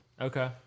Okay